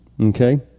Okay